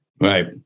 Right